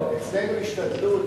אצלנו,